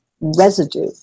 residue